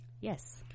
yes